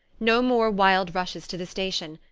no more wild rushes to the station,